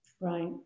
Right